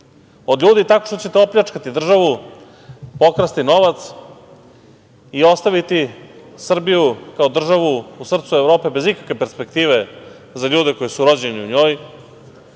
ljudi tako što ćete opljačkati državu, pokrasti novac i ostaviti Srbiju kao državu u srcu Evrope bez ikakve perspektive za ljude koji su rođeni u njoj.